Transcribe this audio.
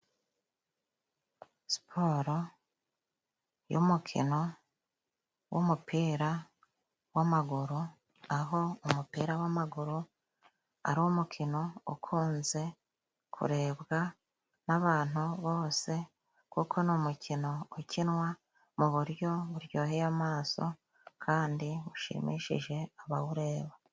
Siporo y'umukino w'umupira w'amaguru, aho umupira w'amaguru ari umukino ukunze kurebwa nabantu bose, kuko ni umukino ukinwa mu buryo buryoheye amaso kandi bushimishije abawureba.